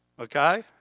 okay